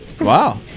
Wow